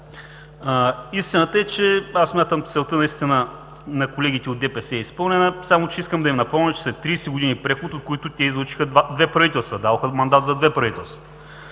ми отговорят. Смятам, целта на колегите от ДПС е изпълнена, само че искам да им напомня, че след 30 години преход, от които те излъчиха две правителства, дадоха мандат за две правителства,